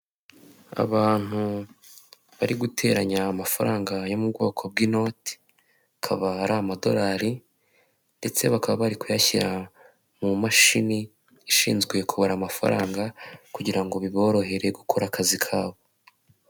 Abantu bari guteranya amafaranga yo mu bwoko bw'inoti, akaba ari amadorari ndetse bakaba bari kuyashyira mu mashini ishinzwe kubara amafaranga kugira ngo biborohere gukora akazi kabo.